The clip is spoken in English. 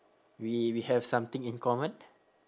we we have something in common